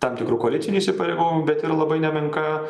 tam tikrų koalicinių įsipareigojimų bet ir labai nemenka